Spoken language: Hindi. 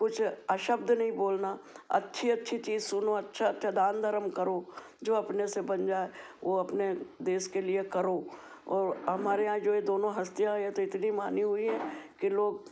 कुछ अशब्द नहीं बोलना अच्छी अच्छी चीज सुनो अच्छा अच्छा दान धर्म करो जो अपने से बन जाए वो अपने देश के लिए करो और हमारे यहाँ जो ये दोनों हस्तियाँ है तो इतनी मानी हुई है कि लोग